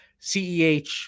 CEH